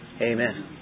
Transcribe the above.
Amen